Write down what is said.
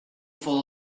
full